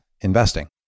investing